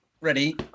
Ready